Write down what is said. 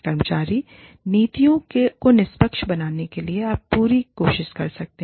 कर्मचारी नीतियों को निष्पक्ष बनाने के लिए आप पूरी कोशिश कर सकते हैं